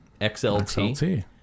XLT